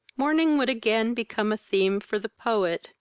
morning would again become a theme for the poet,